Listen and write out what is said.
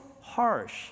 harsh